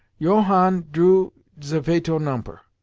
johann drew ze fatal nomper,